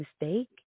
mistake